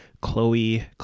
Chloe